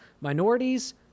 minorities